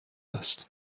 است